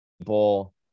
people